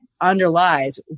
underlies